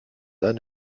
eine